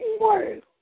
word